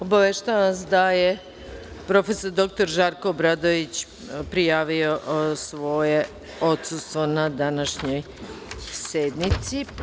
Obaveštavam vas da je prof. dr Žarko Obradović prijavio svoje odsustvo na današnjoj sednici.